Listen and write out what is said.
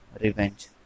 Revenge